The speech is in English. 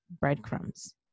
breadcrumbs